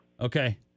Okay